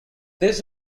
this